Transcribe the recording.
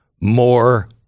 more